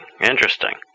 Interesting